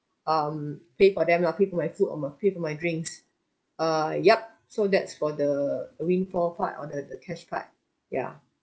um pay for them lah pay for my food or um uh pay for my drinks err yup so that's for the windfall part or uh the cash part ya